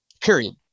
Period